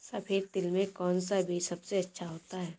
सफेद तिल में कौन सा बीज सबसे अच्छा होता है?